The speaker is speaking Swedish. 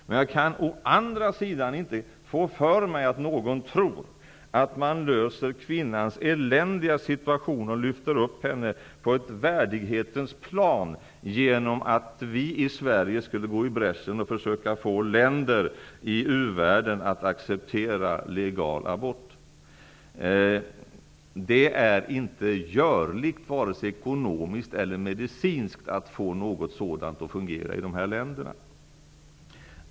Men jan kan å andra sidan inte få för mig att någon tror att man löser kvinnans eländiga situation och lyfter upp henne på ett värdighetens plan genom att vi i Sverige skulle gå i bräschen för att försöka få länder i u-världen att acceptera legal abort. Det är inte görligt vare sig ekonomiskt eller medicinskt att få det att fungera i dessa länder.